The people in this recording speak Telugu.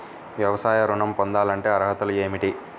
వ్యవసాయ ఋణం పొందాలంటే అర్హతలు ఏమిటి?